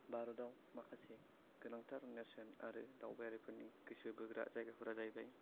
भारताव माखासे गोनांथार नेसोन आरो दावबायारिफोरनि गोसो बोग्रा जायगाफोरा जाहैबाय